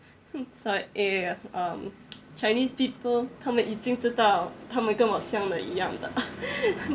ya ya ya um chinese people 他们已经知道他们根本像得一样的